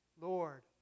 Lord